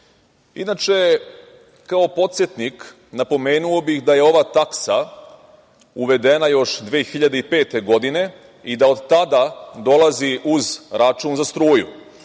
kao podsetnik, napomenuo bih da je ova taksa uvedena još 2005. godine i da od tada dolazi uz račun za struju.